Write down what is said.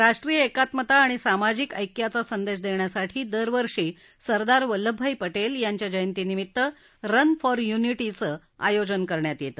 राष्ट्रीय एकात्मता आणि सामाजिक ऐक्याचा संदेश देण्यासाठी दरवर्षी सरदार वल्लभभाई पटेल यांच्या जयंतीनिमित्त रन फॉर युनिटीचे आयोजन करण्यात येते